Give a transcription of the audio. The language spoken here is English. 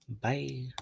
Bye